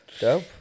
Dope